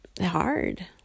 hard